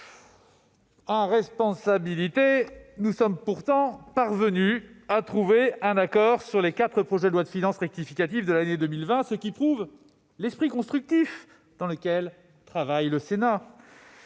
En responsabilité, nous sommes pourtant parvenus à trouver un accord sur les quatre projets de loi de finances rectificative de l'année 2020, ce qui prouve l'esprit constructif dans lequel travaille le Sénat.